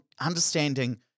understanding